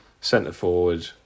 centre-forward